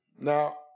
Now